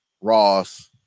Ross